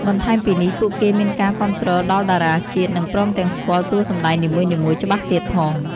បន្ថែមពីនេះ ពួកគេមានការគាំទ្រដល់តារាជាតិ និងព្រមទាំងស្គាល់តួសម្ដែងនីមួយៗច្បាស់ទៀតផង។